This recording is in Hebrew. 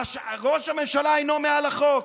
ראש הממשלה אינו מעל החוק.